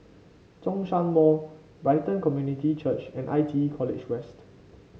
Zhongshan Mall Brighton Community Church and I T E College West